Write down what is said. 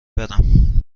برم